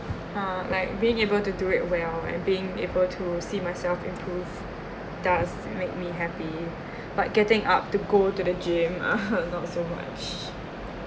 uh like like being able to do it well and being able to to see myself improve does make me happy but getting up to go to the gym not so much